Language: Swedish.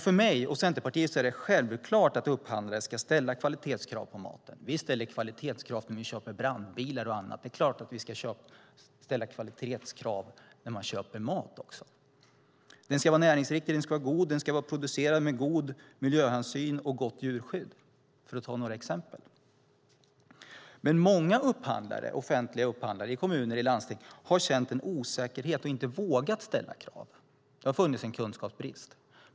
För mig och Centerpartiet är det självklart att upphandlare ska ställa kvalitetskrav på maten. Man ställer kvalitetskrav när vi köper brandbilar och annat. Det är klart att man ska ställa kvalitetskrav också när man köper mat. Maten ska vara näringsriktig, den ska vara god och den ska vara producerad med god miljöhänsyn och gott djurskydd, för att ta några exempel. Men många offentliga upphandlare i kommuner och landsting har känt en osäkerhet, och de har inte vågat ställa krav. Det har funnits en kunskapsbrist.